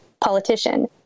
politician